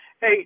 Hey